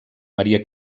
maria